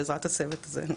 בעזרת הצוות הזה,